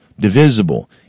divisible